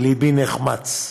לבי נחמץ.